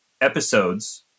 episodes